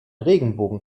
regenbogen